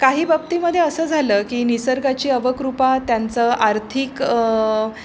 काही बाबतीमध्ये असं झालं की निसर्गाची अवकृपा त्यांचं आर्थिक